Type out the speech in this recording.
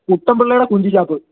കുട്ടൻപിള്ളയുടെ കൊഞ്ച് ഷാപ്പ്